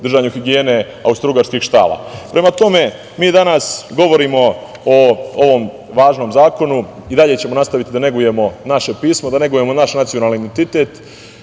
držanju higijene austrougarskih štala. Prema tome, mi danas govorimo o ovom važnom zakonu i dalje ćemo nastaviti da negujemo naše pismo, naš nacionalni identitet